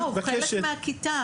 לא, הוא חלק מהכיתה.